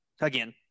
again